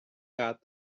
got